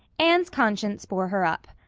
anne's conscience bore her up.